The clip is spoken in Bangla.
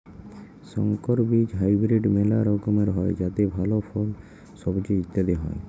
সংকর বীজ হাইব্রিড মেলা রকমের হ্যয় যাতে ভাল ফল, সবজি ইত্যাদি হ্য়য়